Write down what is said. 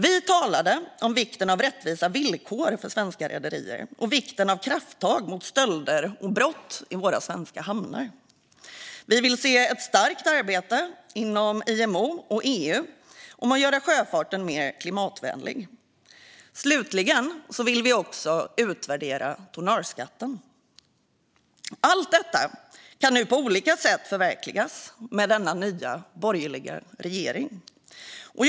Vi talade om vikten av rättvisa villkor för svenska rederier och vikten av krafttag mot stölder och brott i våra svenska hamnar. Vi vill se ett stärkt arbete inom IMO och EU om att göra sjöfarten mer klimatvänlig. Slutligen vill vi också utvärdera tonnageskatten. Allt detta kan nu på olika sätt förverkligas med den nya borgerliga regeringen.